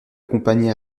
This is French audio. compagnie